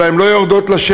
אלא שהן לא יורדות לשטח.